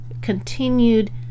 Continued